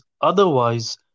Otherwise